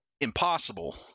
impossible